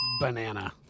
banana